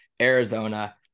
Arizona